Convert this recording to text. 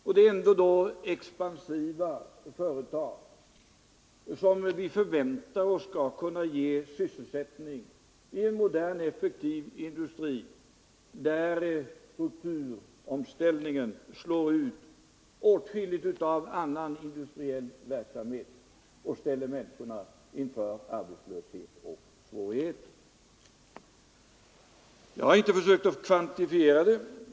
Vi talar ändå om expansiva företag som förväntas ge sys 175 selsättning i moderna, effektiva industrier i områden där annars strukturomvandlingen slår ut åtskilligt av annan industriell verksamhet och ställer människorna inför arbetslöshet och svårigheter. Jag har inte försökt mig på någon kvantifiering.